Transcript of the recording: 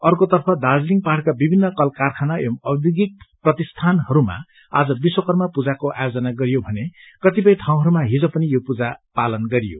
अर्को तर्फ दार्जीलिङ पहाड़का विभिन्न कल कारखना एंव औध्योगिक प्रतिष्ठानहरूमा आज विश्वकर्म पूजाको आयोजना गरियो भने कतिपय ठाउँहरूमा हिज पनि यो पूजा पालन गरियो